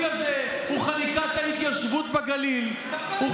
הפיל הזה הוא חניקת ההתיישבות בגליל, טפל בזה.